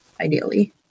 Ideally